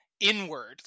Inward